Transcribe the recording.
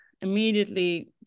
immediately